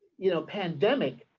you know pandemic.